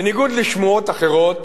בניגוד לשמועות אחרות,